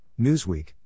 Newsweek